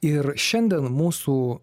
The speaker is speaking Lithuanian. ir šiandien mūsų